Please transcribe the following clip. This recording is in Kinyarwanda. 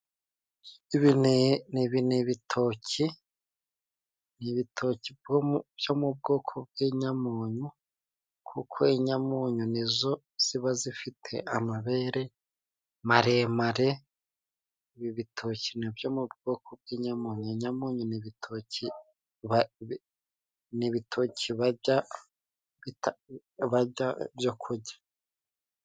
Ibi ni ibitoki, ni ibitoki byo mu bwoko bw'inyamunyu, kuko inyamunyu ni zo ziba zifite amabere maremare, ibi bitoki ni byo mu bwoko bw'inyamunyo. Ni ibitoki barya byo kurya.